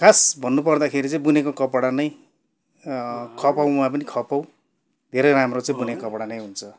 खास भन्नु पर्दाखेरि चाहिँ बुनेको कपडा नै खपाउमा नि खपाउ धेरै राम्रो चाहिँ बुनेको कपडा नै हुन्छ